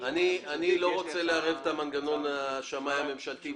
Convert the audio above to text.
אני לא רוצה לערב את מנגנון השמאי הממשלתי,